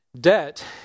Debt